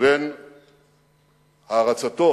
לבין הערצתו